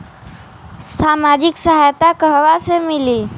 सामाजिक सहायता कहवा से मिली?